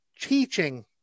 teaching